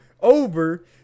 over